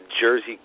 Jersey